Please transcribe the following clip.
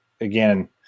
again